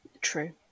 True